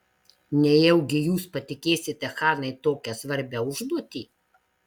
nejaugi jūs patikėsite hanai tokią svarbią užduotį